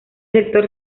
sector